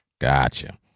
Gotcha